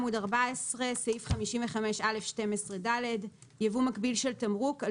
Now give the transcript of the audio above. עמוד 14. "ייבוא מקביל של תמרוק על